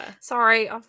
Sorry